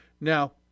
Now